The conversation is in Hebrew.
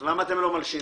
אז למה אתם לא מלשינים?